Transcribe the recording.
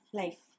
life